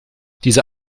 dieser